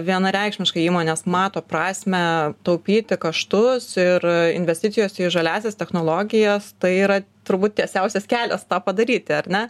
vienareikšmiškai įmonės mato prasmę taupyti kaštus ir investicijos į žaliąsias technologijas tai yra turbūt tiesiausias kelias tą padaryti ar ne